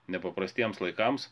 nepaprastiem laikams